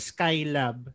Skylab